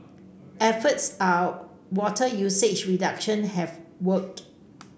efforts are water usage reduction have worked